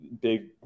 big